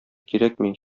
кирәкми